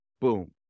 Boom